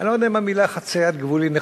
אני לא יודע אם המלה "חציית גבול" היא נכונה,